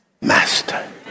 Master